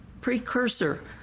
precursor